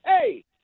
hey